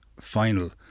final